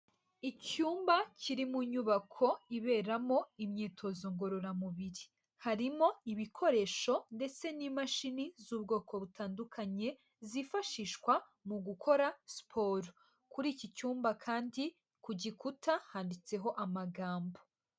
Icyumba kiri mu nyubako iberamo imyitozo ngororamubiri. Harimo ibikoresho ndetse n'imashini z'ubwoko butandukanye zifashishwa mu gukora siporo. Kuri iki cyumba kandi ku gikuta handitseho amagambo.